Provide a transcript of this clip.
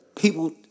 People